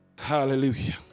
Hallelujah